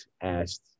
asked